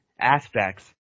aspects